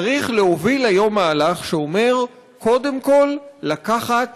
צריך להוביל היום מהלך שאומר, קודם כול, לקחת